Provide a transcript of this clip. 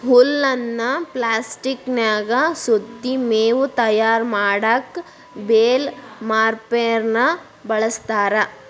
ಹುಲ್ಲನ್ನ ಪ್ಲಾಸ್ಟಿಕನ್ಯಾಗ ಸುತ್ತಿ ಮೇವು ತಯಾರ್ ಮಾಡಕ್ ಬೇಲ್ ವಾರ್ಪೆರ್ನ ಬಳಸ್ತಾರ